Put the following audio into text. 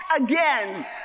again